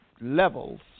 levels